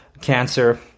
cancer